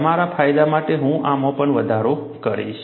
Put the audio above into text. તમારા ફાયદા માટે હું આમાં પણ વધારો કરીશ